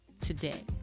today